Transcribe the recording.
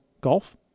Golf